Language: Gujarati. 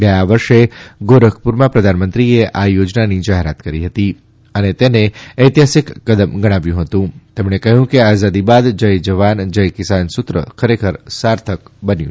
ગયા વર્ષે ગોરખપુરમાં પ્રધાનમંત્રીએ આ યોજનાની જાહેરાત કરી હતી અને તેને ઐતિહાસિક કદમ ગણાવ્યું હતું તેમણે કહ્યું કે આઝાદી બાદ જય જવાન જય કિસાન સૂત્ર ખરેખર સાર્થક બન્યું છે